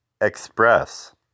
Express